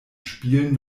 spielen